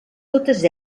totes